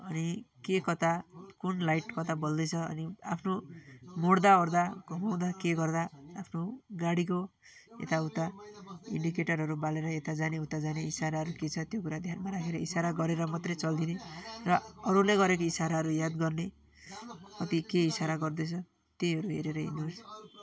अनि के कता कुन लाइट कता बल्दैछ अनि आफ्नो मोड्दा ओर्दा घुमाउँदा के गर्दा आफ्नो गाडीको यताउता इन्डिकेटरहरू बालेर यता जाने उता जाने इसाराहरू के छ त्यो कुरा ध्यानमा राखेर इसारा गरेर मात्रै चल्दिने र अरूले गरेको इसाराहरू याद गर्ने कति के इसारा गर्दैछ त्यहीहरू हेरेर हिँड्नुपर्छ